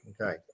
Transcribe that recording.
okay